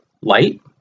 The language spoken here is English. light